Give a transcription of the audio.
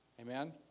Amen